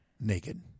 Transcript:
naked